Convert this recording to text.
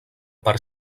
per